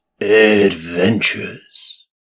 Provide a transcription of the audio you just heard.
Adventures